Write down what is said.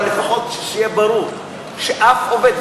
אבל לפחות שיהיה ברור שאף עובד,